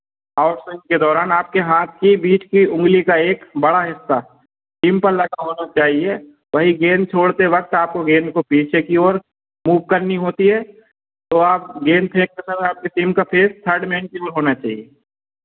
out swing के दौरान आपके हाथ की बीच की ऊँगली का एक बड़ा हिस्सा सीम पर लगा होना चाहिए वहीं गेंद छोड़ते वक्त आपको गेंद को पीछे की और मूव करनी होती है तो आप गेंद फेंकते समय आपकी टीम का फेस थर्ड मेन की ओर होना चाहिए